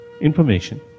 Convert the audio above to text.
information